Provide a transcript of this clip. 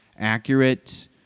Accurate